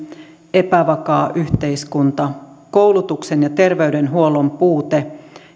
epävakaa yhteiskunta koulutuksen ja terveydenhuollon puute